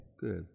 Good